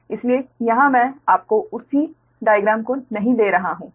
इसलिए यहाँ मैं आपको उसी आरेख को नहीं दे रहा हूँ